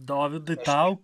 dovydai tau